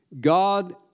God